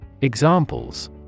Examples